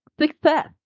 success